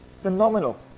phenomenal